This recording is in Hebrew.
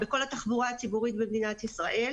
בכל התחבורה הציבורית בישראל,